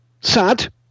Sad